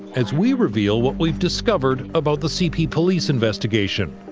as we reveal what we've discovered about the cp police investigation,